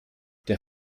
der